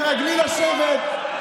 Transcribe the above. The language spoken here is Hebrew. תתרגלי לשבת.